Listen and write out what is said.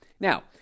Now